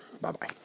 Bye-bye